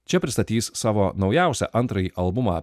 čia pristatys savo naujausią antrąjį albumą